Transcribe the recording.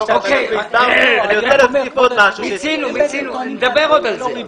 עוד נדבר על זה.